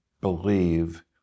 believe